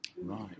right